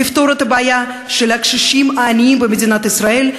לפתור את הבעיה של הקשישים העניים במדינת ישראל,